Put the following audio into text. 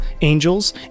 angels